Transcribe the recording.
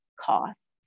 costs